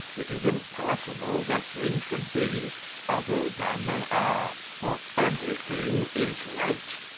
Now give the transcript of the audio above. it is impossible that things should be other than they are for everything is right.